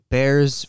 Bears